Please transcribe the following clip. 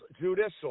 judicial